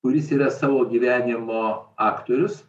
kuris yra savo gyvenimo aktorius